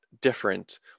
different